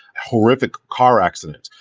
horrific car accident.